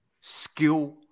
skill